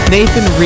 Nathan